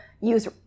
use